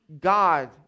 God